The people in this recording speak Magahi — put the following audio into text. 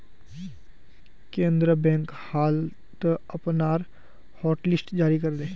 केनरा बैंक हाल त अपनार हॉटलिस्ट जारी कर ले